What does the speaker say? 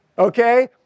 Okay